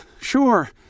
Sure